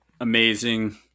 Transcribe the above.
amazing